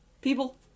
people